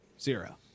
Zero